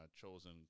chosen